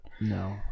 No